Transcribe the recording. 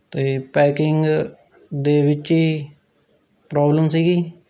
ਅਤੇ ਪੈਕਿੰਗ ਦੇ ਵਿੱਚ ਹੀ ਪ੍ਰੋਬਲਮ ਸੀਗੀ